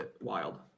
wild